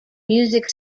music